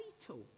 title